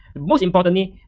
most importantly,